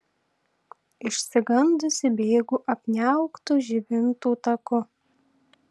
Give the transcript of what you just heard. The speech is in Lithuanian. išsigandusi bėgu apniauktu žibintų taku